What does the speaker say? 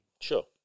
Sure